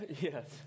yes